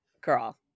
Girl